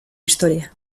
historia